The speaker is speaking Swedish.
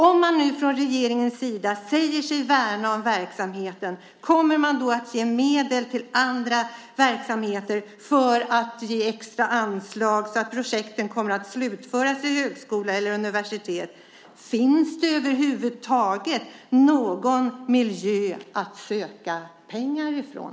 Om man nu från regeringens sida säger sig värna om verksamheten undrar jag: Kommer man att ge medel till andra verksamheter, ge extra anslag, så att projekten kommer att slutföras på högskola eller universitet? Finns det över huvud taget någon miljö att söka pengar ifrån?